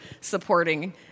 supporting